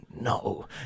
no